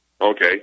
Okay